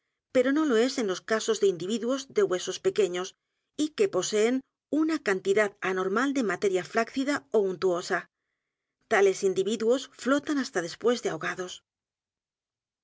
pero no lo es en los casos de individuos de huesos pequeños y que poseen una cantidad anormal de materia flaccida ó untuosa tales individuos flotan hasta después de ahogados